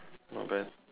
not bad